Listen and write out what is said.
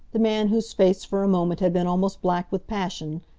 the man whose face for a moment had been almost black with passion,